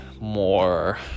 more